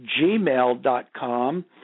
gmail.com